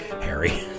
Harry